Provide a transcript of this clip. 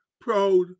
proud